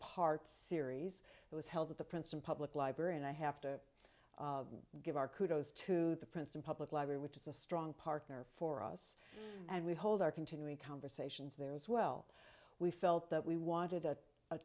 part series that was held at the princeton public library and i have to give our kudos to the princeton public library which is a strong partner for us and we hold our continuing conversations there as well we felt that we wanted